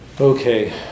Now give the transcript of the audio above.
Okay